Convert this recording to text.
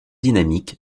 dynamique